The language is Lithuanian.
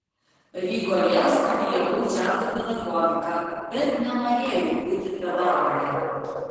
rygoje studijavau džiazo pedagogiką bet nenorėjau būti pedagoge